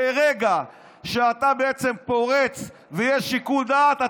ברגע שאתה פורץ ויש שיקול דעת,